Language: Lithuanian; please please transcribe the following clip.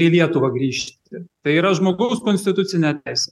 į lietuvą grįžti tai yra žmogaus konstitucinė teisė